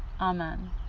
Amen